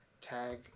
tag